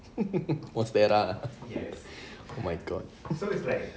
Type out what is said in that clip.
was there lah oh my god